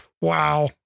Wow